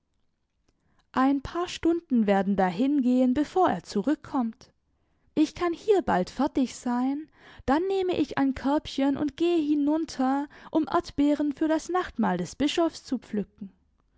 ein paar stunden werden dahingehen bevor er zurückkommt ich kann hier bald fertig sein dann nehme ich ein körbchen und gehe hinunter um erdbeeren für das nachtmahl des bischofs zu pflücken